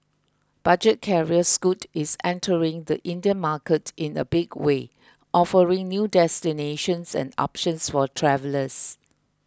budget carrier Scoot is entering the Indian market in a big way offering new destinations and options for travellers